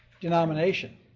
denomination